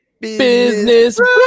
Business